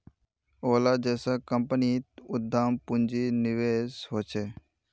ओला जैसा कम्पनीत उद्दाम पून्जिर निवेश होछे